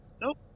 nope